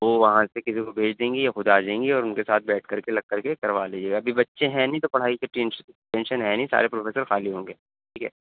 وہ وہاں سے کسی کو بھیج دیں گی یا خود آ جائیں گی اور ان کے ساتھ بیٹھ کر کے لگ کر کے کروا لیجیے ابھی بچے ہیں نہیں تو پڑھائی کے ٹینشن ہے نہیں سارے پروفیسر خالی ہوں گے ٹھیک ہے